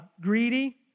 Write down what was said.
greedy